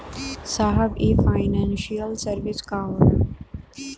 साहब इ financial service का होला?